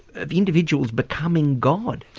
of individuals becoming god.